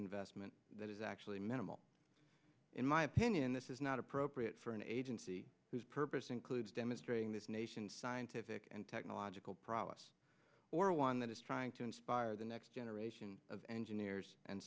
investment that is actually minimal in my opinion this is not appropriate for an agency whose purpose includes demonstrating this nation's scientific and technological prowess or one that is trying to inspire the next generation of engineers and